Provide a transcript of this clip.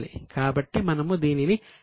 కాబట్టి మనము దీనిని 'I' గా ఉంచుతాము